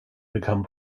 become